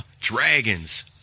Dragons